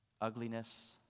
ugliness